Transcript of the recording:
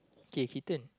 K he turn